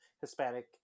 hispanic